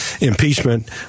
impeachment